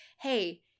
hey